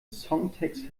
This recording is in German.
songtext